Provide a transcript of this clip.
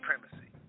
supremacy